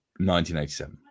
1987